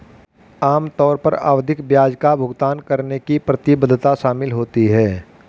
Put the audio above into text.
आम तौर पर आवधिक ब्याज का भुगतान करने की प्रतिबद्धता शामिल होती है